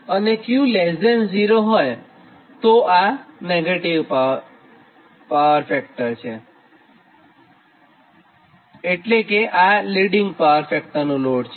જો 𝑄0 તો આ નેગેટિવ છે અને લિડીંગ પાવર ફેક્ટરનો લોડ છે